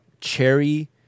cherry